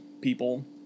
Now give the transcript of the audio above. people